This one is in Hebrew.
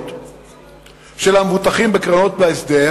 הזכויות של המבוטחים בקרנות בהסדר,